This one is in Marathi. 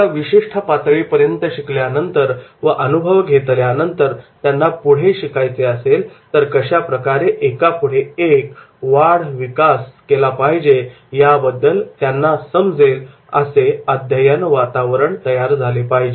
एका विशिष्ट पातळीपर्यंत शिकल्यानंतर व अनुभव घेतल्यानंतर त्यांना पुढे शिकायचे असेल तर कशाप्रकारे एकापुढे एक वाढ केली पाहिजे याबद्दल त्यांना समजेल असे अध्ययन वातावरण तयार झाले पाहिजे